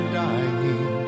dying